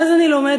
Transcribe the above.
מאז אני לומדת